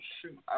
shoot